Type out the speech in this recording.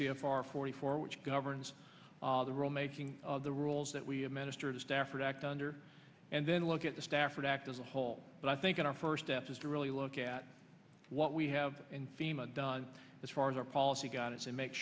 c f r forty four which governs the rule making the rules that we administer the stafford act under and then look at the stafford act as a whole but i think our first step is to really look at what we have and fema done as far as our policy got is and make